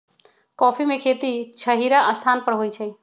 coffee में खेती छहिरा स्थान पर होइ छइ